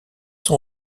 son